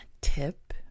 tip